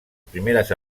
primeres